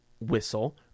whistle